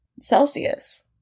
Celsius